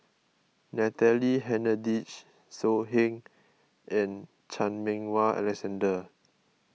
Natalie Hennedige So Heng and Chan Meng Wah Alexander